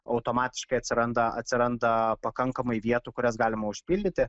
automatiškai atsiranda atsiranda pakankamai vietų kurias galima užpildyti